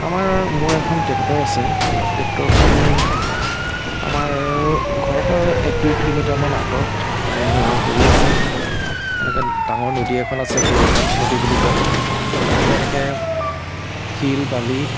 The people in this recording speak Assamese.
আমাৰ মোৰ এখন টেক্টৰ আছে টেক্টৰখন আমাৰ ঘৰৰ পৰা এক দুই কিলোমিটাৰমান আঁতৰত হেৰি আছে এনেকৈ ডাঙৰ নদী এখন আছে বৰৈঘাট নদী বুলি কয় তাৰ পৰা এনেকৈ শিল বালি